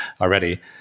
already